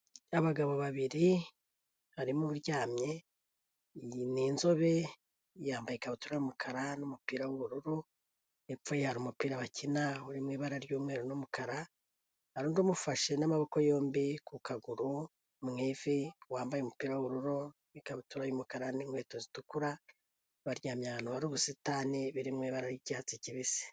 Abagabo babiri harimo uryamye n'inzobe yambaye ikabutura y'umukara n'umupira w'ubururu, hepfo ye hari umupira bakina uri mu ibara ry'umweru n'umukara, hari undi amufashe n'amaboko yombi ku kaguru mu ivi, wambaye umupira w'ubururu n'ikabutura y'umukara n'inkweto zitukura, baryamye ahantu hari ubusitani biri mu ibara ry'icyatsi kibisi.